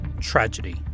Tragedy